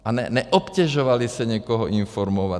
A neobtěžovali se někoho informovat.